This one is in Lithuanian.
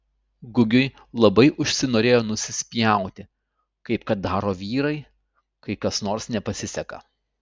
gugiui labai užsinorėjo nusispjauti kaip kad daro vyrai kai kas nors nepasiseka